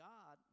God